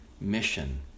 mission